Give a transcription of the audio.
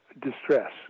distress